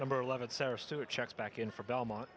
number eleven sarah stewart checks back in for belmont